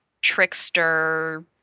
trickster